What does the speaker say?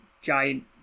giant